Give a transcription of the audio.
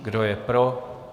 Kdo je pro?